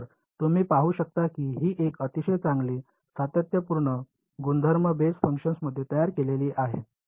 तर तुम्ही पाहु शकता की ही एक अतिशय चांगली सातत्यपूर्ण गुणधर्म बेस फंक्शनमध्ये तयार केलेली आहे